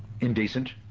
indecent